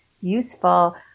useful